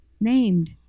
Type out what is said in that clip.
named